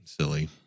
silly